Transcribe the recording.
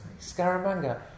Scaramanga